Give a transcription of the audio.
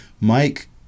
mike